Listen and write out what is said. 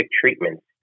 treatments